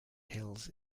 hills